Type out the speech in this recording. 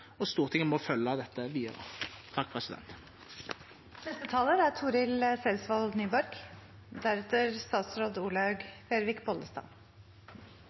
og Stortinget må følge opp dette videre. Takk